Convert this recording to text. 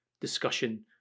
discussion